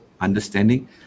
understanding